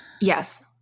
Yes